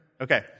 Okay